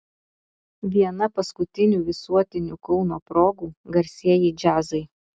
viena paskutinių visuotinių kauno progų garsieji džiazai